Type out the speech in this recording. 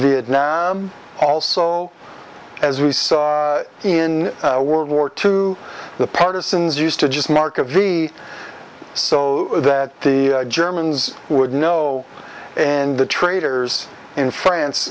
vietnam also as we saw in world war two the partisans used to just mark a v so that the germans would know and the traitors in france